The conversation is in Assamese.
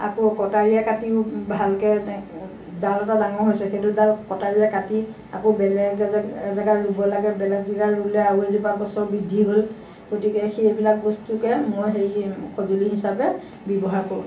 আকৌ কটাৰিৰে কাটিও ভালকৈ ডাল এটা ডাঙৰ হৈছে সেইটো ডাল কটাৰিৰে কাটি আকৌ বেলেগ এজেগাত ৰুব লাগে বেলেগ জেগাত ৰুলে আৰু এজোপা গছৰ বৃদ্ধি হ'ল গতিকে সেইবিলাক বস্তুকে মই হেৰি সঁজুলি হিচাবে ব্যৱহাৰ কৰোঁ